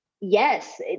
yes